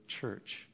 church